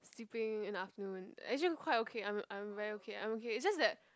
sleeping in the afternoon actually quite okay I'm I'm very okay I'm okay it's just that